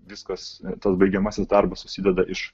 viskas tas baigiamasis darbas susideda iš